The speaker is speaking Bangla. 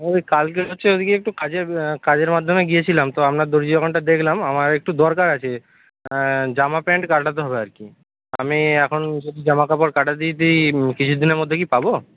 ওই কালকে হচ্ছে ওদিকে একটু কাজে কাজের মাধ্যমে গিয়েছিলাম তো আপনার দর্জি দোকানটা দেখলাম আমার একটু দরকার আছে জামা প্যান্ট কাটাতে হবে আর কি আমি এখন যদি জামা কাপড় কাটাতে দিই কিছুদিনের মধ্যে কি পাব